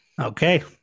Okay